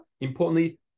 importantly